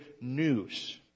news